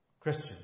Christian